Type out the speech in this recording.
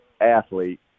athlete